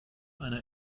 einer